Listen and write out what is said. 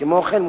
כמו כן,